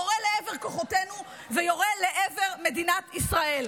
יורה לעבר כוחותינו ויורה לעבר מדינת ישראל.